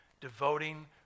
devoting